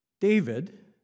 David